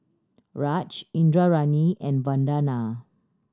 Raj Indranee and Vandana